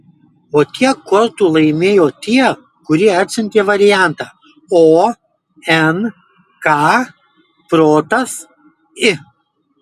o tiek kortų laimėjo tie kurie atsiuntė variantą o n k protas i